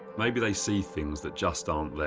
maybe they see things that just aren't